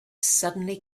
suddenly